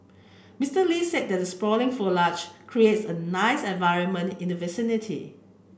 Mister Lee said the sprawling foliage creates a nice environment in the vicinity